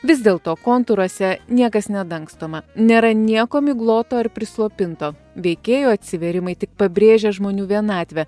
vis dėl to kontūruose niekas nedangstoma nėra nieko migloto ar prislopinto veikėjų atsivėrimai tik pabrėžia žmonių vienatvę